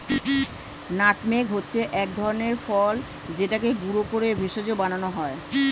nutmeg হচ্ছে এক ধরনের ফল যেটাকে গুঁড়ো করে ভেষজ বানানো হয়